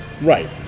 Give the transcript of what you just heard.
Right